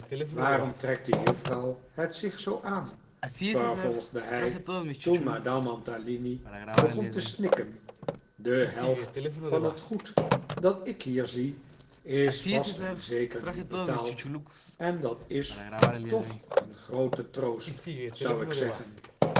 waarom trekt de juffrouw het zich zoo aan vervolgde hij toen madame mantalini begon te snikken de helft van het goed dat ik hier zie is vast en zeker niet betaald en dat is toch een groote troost zou ik zeggen